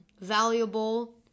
Valuable